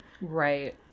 Right